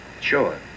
Sure